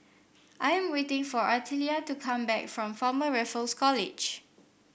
I am waiting for Artelia to come back from Former Raffles College